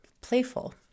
playful